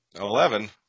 Eleven